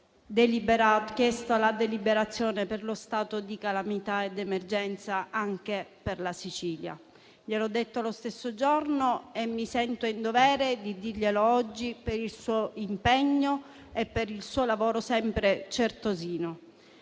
chiesto la deliberazione dello stato di calamità e di emergenza anche per la Sicilia. Gliel'ho detto lo stesso giorno e mi sento in dovere di ripeterglielo oggi per il suo impegno e per il suo lavoro sempre certosino.